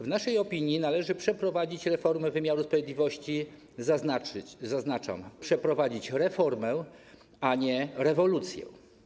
W naszej opinii należy przeprowadzić reformę wymiaru sprawiedliwości, zaznaczam, przeprowadzić reformę, a nie rewolucję.